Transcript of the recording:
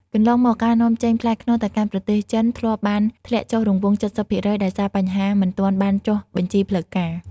កន្លងមក ការនាំចេញផ្លែខ្នុរទៅកាន់ប្រទេសចិនធ្លាប់បានធ្លាក់ចុះរង្វង់ ៧០% ដោយសារបញ្ហាមិនទាន់បានចុះបញ្ជីផ្លូវការ។